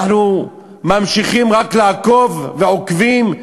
אנחנו ממשיכים רק לעקוב, ועוקבים,